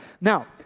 Now